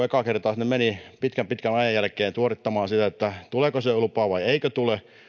ekaa kertaa sinne menin pitkän pitkän ajan jälkeen suorittamaan sitä tuleeko se lupa vai eikö tule